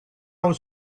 was